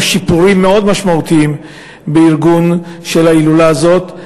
שיפורים מאוד משמעותיים בארגון של ההילולה הזאת.